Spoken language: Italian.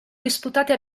disputate